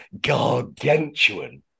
gargantuan